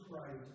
Christ